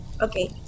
Okay